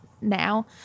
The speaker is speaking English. now